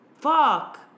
fuck